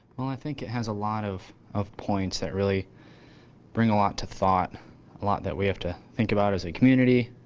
well i think it has a lot of of points that really bring a lot to thought. a lot that we have to think about as a community.